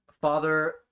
Father